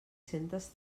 centes